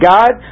God